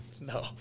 No